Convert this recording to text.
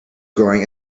growing